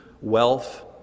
wealth